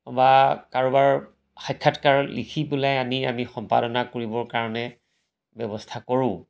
বা কাৰোবাৰ সাক্ষাৎকাৰ লিখি পেলাই আনি আমি সম্পাদনা কৰিবৰ কাৰণে ব্যৱস্থা কৰোঁ